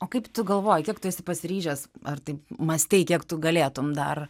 o kaip tu galvoji kiek tu esi pasiryžęs ar taip mąstei kiek tu galėtum dar